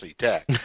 Tech